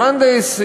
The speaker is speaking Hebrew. ברנדייס,